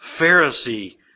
Pharisee